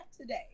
today